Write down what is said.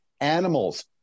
Animals